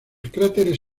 cráteres